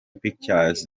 pictures